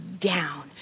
down